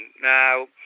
Now